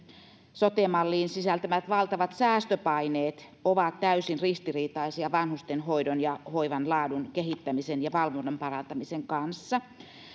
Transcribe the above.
sote mallin sisältämät valtavat säästöpaineet ovat täysin ristiriitaisia vanhusten hoidon ja hoivan laadun kehittämisen ja valvonnan parantamisen kanssa